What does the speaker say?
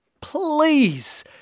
please